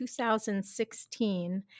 2016